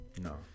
No